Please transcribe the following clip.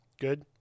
Good